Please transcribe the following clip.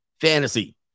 fantasy